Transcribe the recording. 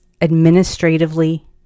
administratively